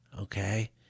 okay